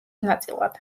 ნაწილად